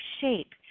shape